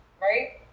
right